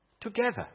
together